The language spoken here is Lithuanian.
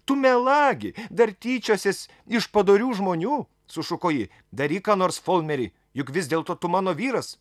tu melagi dar tyčiosies iš padorių žmonių sušuko ji daryk ką nors folmeri juk vis dėlto tu mano vyras